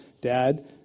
Dad